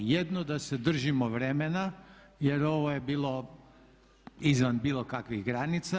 Jedno, da se držimo vremena jer ovo je bilo izvan bilo kakvih granica.